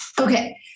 Okay